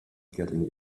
getting